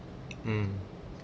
mm